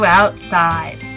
outside